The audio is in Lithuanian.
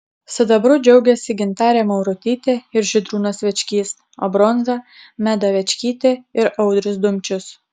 sidabru džiaugėsi gintarė maurutytė ir žydrūnas večkys o bronza meda večkytė ir audrius dumčius